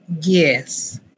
Yes